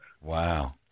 Wow